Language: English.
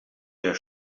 their